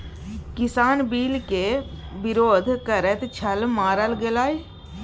किसान बिल केर विरोध करैत छल मारल गेलाह